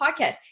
podcast